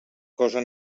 cosa